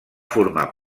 formar